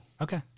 Okay